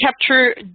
capture